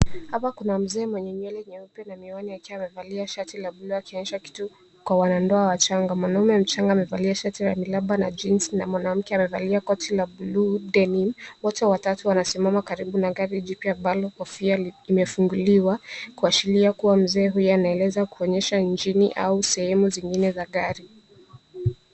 Hapa kuna mzee mwenye nywele nyeupe na miwani akiwa amevalia shati la blue akionyesha kitu kwa wanandoa wachanga. Mwanamume mchanga amevalia shati la miraba na jeans na mwanamke amevalia koti la blue denim. Wote watatu wanasimama karibu na gari jipya ambalo kofia imefunguliwa kuashiria kuwa mzee huyu anaeleza kuonyeshwa injini au sehemu zingine za gari.